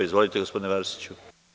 Izvolite gospodine Arsiću.